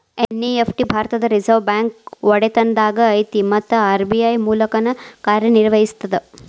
NEFT ಭಾರತದ್ Reserve Bank ಒಡೆತನದಾಗ ಐತಿ ಮತ್ತ ಆರ್.ಬಿ.ಐ ಮೂಲಕನ ಕಾರ್ಯನಿರ್ವಹಿಸ್ತದ